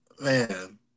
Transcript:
man